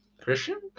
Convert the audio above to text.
Christian